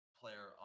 player